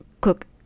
cook